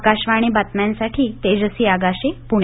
आकाशवाणी बातम्यांसाठी तेजसी आगाशे पूणे